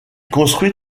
construit